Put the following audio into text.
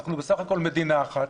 אנחנו בסך הכול מדינה אחת,